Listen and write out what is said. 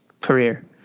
career